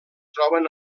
troben